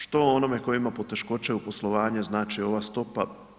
Što onome koji ima poteškoće u poslovanju znači ova stopa?